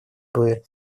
чтобы